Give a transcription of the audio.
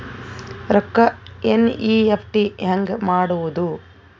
ರೊಕ್ಕ ಎನ್.ಇ.ಎಫ್.ಟಿ ಹ್ಯಾಂಗ್ ಮಾಡುವುದು?